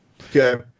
Okay